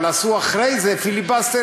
אבל אחרי זה מהקואליציה עשו פיליבסטר,